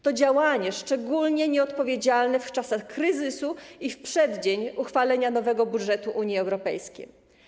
To działanie szczególnie nieodpowiedzialne w czasach kryzysu i w przeddzień uchwalenia nowego budżetu Unii Europejskiej.